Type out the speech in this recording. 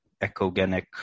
echogenic